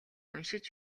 уншиж